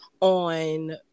on